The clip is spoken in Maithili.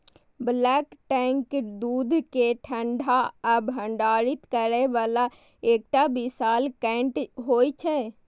बल्क टैंक दूध कें ठंडा आ भंडारित करै बला एकटा विशाल टैंक होइ छै